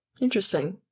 Interesting